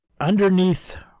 Underneath